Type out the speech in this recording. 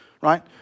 Right